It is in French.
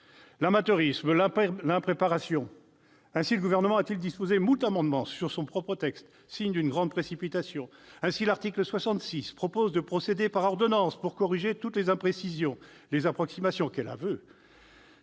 l'amateurisme et l'impréparation. Ainsi le Gouvernement a-t-il déposé moult amendements sur son propre texte, signe d'une grande précipitation. Ainsi l'article 66 prévoit-il de procéder par ordonnance pour corriger toutes les imprécisions, les approximations du projet